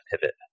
pivot